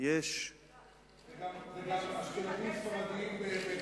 זה גם אשכנזים-ספרדים.